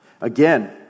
Again